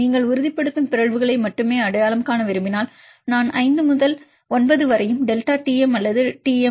நீங்கள் உறுதிப்படுத்தும் பிறழ்வுகளை மட்டுமே அடையாளம் காண விரும்பினால் நான் 5 முதல் 9 வரையும் டெல்டா டிஎம் அல்லது டிஎம்